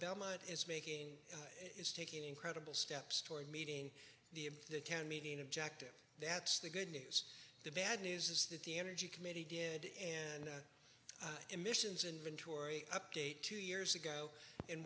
belmont is making is taking incredible steps toward meeting the in the town meeting objective that's the good news the bad news is that the energy committee did a and emissions inventory update two years ago